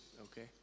Okay